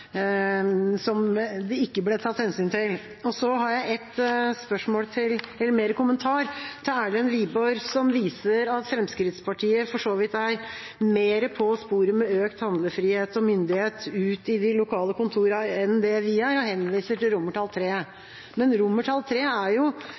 som det ikke ble tatt hensyn til. Så har jeg et spørsmål – eller mer en kommentar – til Erlend Wiborg, som viser til at Fremskrittspartiet for så vidt er mer på sporet med økt handlefrihet og myndighet ut til de lokale kontorene enn det vi er, og henviser til